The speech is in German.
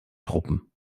truppen